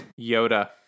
Yoda